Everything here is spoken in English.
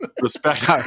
Respect